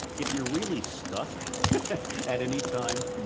if you're really stuck at any time,